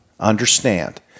Understand